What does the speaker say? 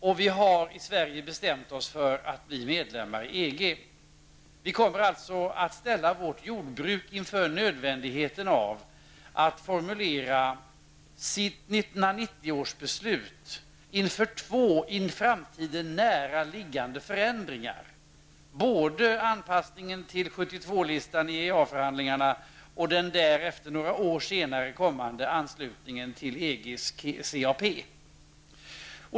Dessutom har ju vi i Sverige bestämt oss för att bli medlemmar i EG. Vi kommer alltså att ställa vårt jordbruk inför det faktum att det är nödvändigt att formulera beslutet från 1990 med avseende på två i en nära framtid liggande förändringar. Det gäller då både anpassningen till 72-listan i EEA förhandlingarna och anpassningen några år senare till EGs CAP.